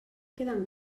queden